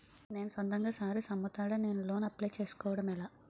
నేను సొంతంగా శారీస్ అమ్ముతాడ, నేను లోన్ అప్లయ్ చేసుకోవడం ఎలా?